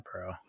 bro